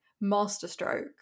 masterstroke